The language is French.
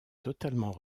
totalement